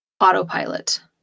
autopilot